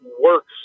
works